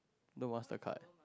Duel-Master card